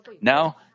Now